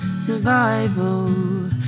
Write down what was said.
survival